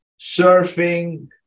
surfing